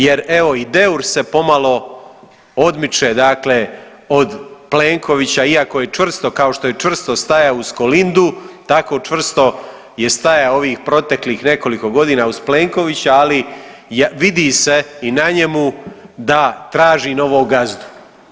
Jer evo i Deur se pomalo odmiče, dakle od Plenkovića iako je čvrsto kao što je čvrsto stajao uz Kolindu tako čvrsto je stajao ovih proteklih nekoliko godina uz Plenkovića, ali vidi se i na njemu da traži novog gazdu.